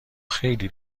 خیلی